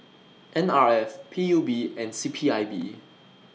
N R F P U B and C P I B